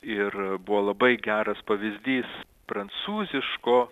ir buvo labai geras pavyzdys prancūziško